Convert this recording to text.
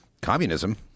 communism